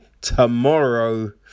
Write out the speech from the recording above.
tomorrow